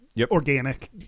organic